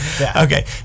okay